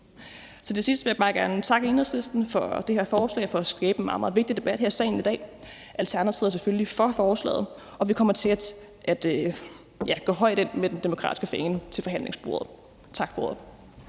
Til sidst vil jeg bare gerne takke Enhedslisten for det her beslutningsforslag og for at skabe en meget vigtig debat her i salen i dag. Alternativet er selvfølgelig for forslaget, og vi kommer til at gå ind til forhandlingsbordet med den